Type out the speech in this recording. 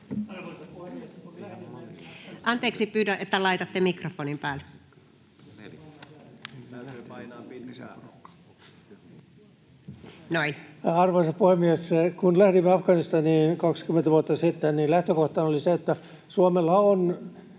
Arvoisa puhemies! Kun lähdimme Afganistaniin 20 vuotta sitten, niin lähtökohtana oli se, että Suomella on